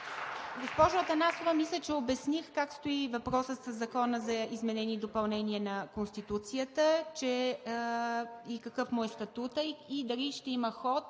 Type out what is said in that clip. Госпожо Атанасова, мисля, че обясних как стои въпросът със Закона за изменение и допълнение на Конституцията и какъв му е статутът, дали ще има ход